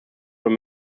were